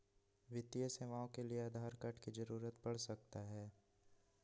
वित्तीय सेवाओं के लिए आधार कार्ड की जरूरत पड़ सकता है?